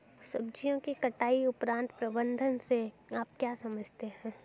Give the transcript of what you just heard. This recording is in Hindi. सब्जियों की कटाई उपरांत प्रबंधन से आप क्या समझते हैं?